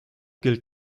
gilt